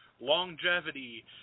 longevity